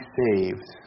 saved